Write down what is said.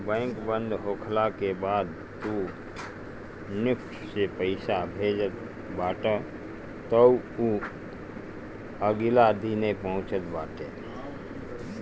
bank बंद होखला के बाद तू निफ्ट से पईसा भेजत बाटअ तअ उ अगिला दिने पहुँचत बाटे